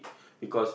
because